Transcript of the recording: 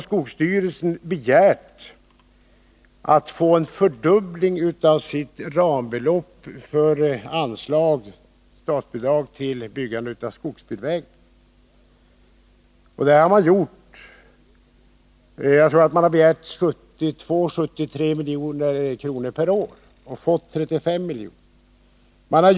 Skogsstyrelsen har begärt en fördubbling av rambeloppet för statsbidrag till byggande av skogsbilvägar. Jag tror att man begärt 72-73 milj.kr. per år men fått 35 milj.kr.